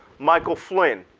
michael flynn,